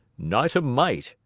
not a mite,